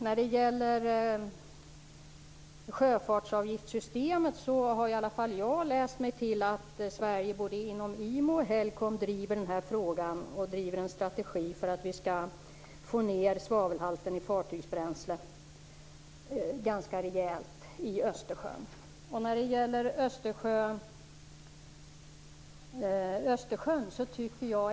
När det gäller sjöfartsavgiftssystemet har jag läst mig till att Sverige driver denna fråga både inom IMO och inom HELCOM och har en strategi för att vi i Östersjön ganska rejält skall få ned svavelhalten i fartygsbränslen.